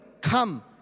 come